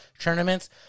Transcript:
tournaments